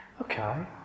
okay